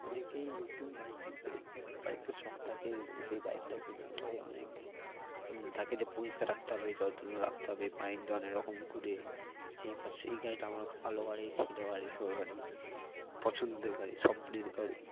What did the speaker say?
অনেকেই নতুন বাইক বাইকের শখ থাকে এবং সেই বাইকটা কেনার পরেই অনেক থাকে যে পরিষ্কার রাখতে হবে জল তুলে রাখতে হবে অনেক রকম ঘুরে সেই ভস সেই গাড়িটা আমার ভালো গাড়ি সিডো গাড়ি গাড়ি পছন্দের গাড়ি স্বপ্নের গাড়ি